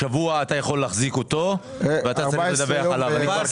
שבוע אתה יכול להחזיק אותו ואז צריך לדווח עליו.